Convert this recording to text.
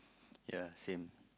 ya same